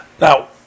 Now